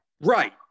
Right